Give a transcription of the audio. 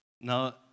Now